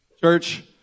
Church